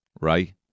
right